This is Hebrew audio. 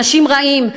אנשים רעים,